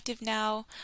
now